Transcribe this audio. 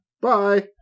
Bye